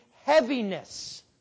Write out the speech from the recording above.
heaviness